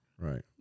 Right